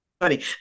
funny